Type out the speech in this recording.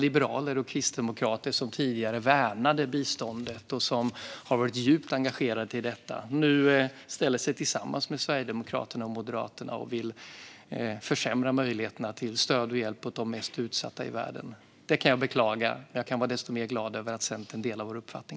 Liberaler och kristdemokrater som tidigare värnade biståndet, som har varit djupt engagerade i frågan, ställer sig nu tillsammans med Sverigedemokraterna och Moderaterna och försämrar möjligheterna till stöd och hjälp åt de mest utsatta i världen. Jag beklagar det, men jag är desto mer glad att Centern delar vår uppfattning.